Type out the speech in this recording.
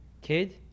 Kid